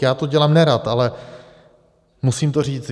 Já to dělám nerad, ale musím to říct.